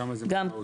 כמה זה משמעותי?